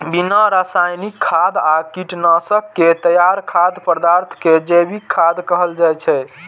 बिना रासायनिक खाद आ कीटनाशक के तैयार खाद्य पदार्थ कें जैविक खाद्य कहल जाइ छै